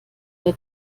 der